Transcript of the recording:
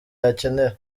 yakenera